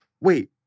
wait